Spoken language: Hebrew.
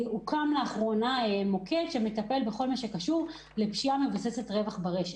לאחרונה הוקם מוקד שמטפל בפשיעה מבוססת רווח ברשת.